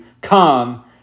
come